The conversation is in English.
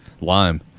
Lime